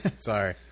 Sorry